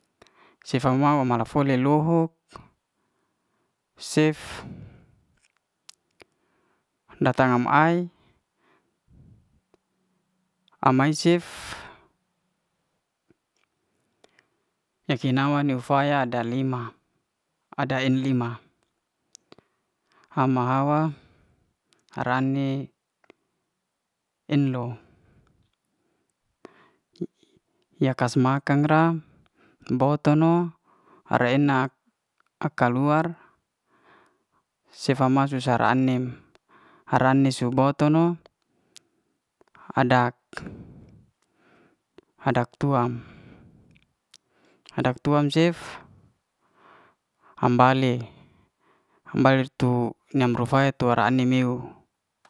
Sefa mau male foly luhuk sef datang am'ai, am mai sef eki naya neuw faya ada lima ada en lima, ama hawa rani en'lo yas kasmakan ra bo'te no rae'nak, aka luar sefa ma su sara'nem rane su bo'to no adak. adak tua'm. adak tua'm sef ham'bale. ham'bale tu nam ru tu ai'nem meuw.